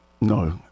No